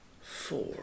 four